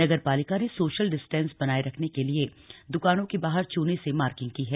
नगर पालिका ने social distance बनाए रखने के लिए द्वकानों के बाहर चूने से मार्किंग की है